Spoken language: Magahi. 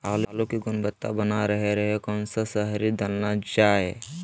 आलू की गुनबता बना रहे रहे कौन सा शहरी दलना चाये?